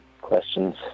questions